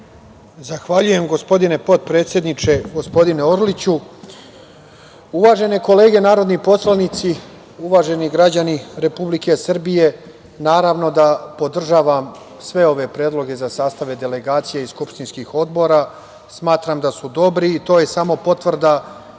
Zahvaljujem, gospodine potpredsedniče Orliću. Uvažene kolege narodni poslanice, uvaženi građani Republike Srbije, naravno da podržavam sve ove predloge za sastave delegacija skupštinskih odbora. Smatram da su dobri. To je samo potvrda